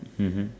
mmhmm